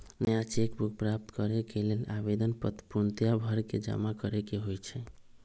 नया cheque book प्राप्त करेके लेल आवेदन पत्र पूर्णतया भरके जमा करेके होइ छइ